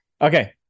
Okay